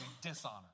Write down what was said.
dishonor